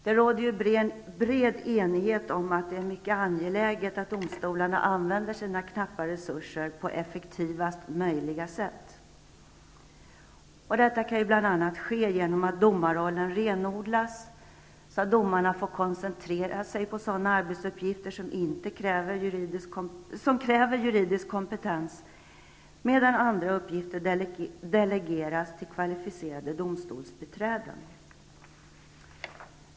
Det råder ju bred enighet om att det är mycket angeläget att domstolarna använder sina knappa resurser på effektivast möjliga sätt. Detta kan bl.a. ske genom att domarrollen renodlas, så att domarna får koncentrera sig på sådana arbetsuppgifter som kräver juridisk kompetens, medan andra uppgifter delegeras till kvalificerade domstolsbiträden.